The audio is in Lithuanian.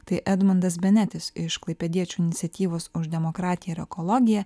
tai edmundas benetis iš klaipėdiečių iniciatyvos už demokratiją ir ekologiją